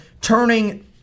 turning